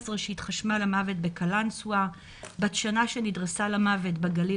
שהתחשמל למוות בקלנסווה; בת שנה שנדרסה למוות בגליל